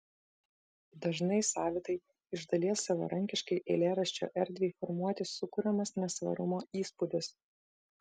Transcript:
dažnai savitai iš dalies savarankiškai eilėraščio erdvei formuoti sukuriamas nesvarumo įspūdis